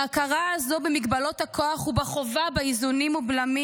ההכרה הזו במגבלות הכוח ובחובה באיזונים ובלמים